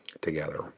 together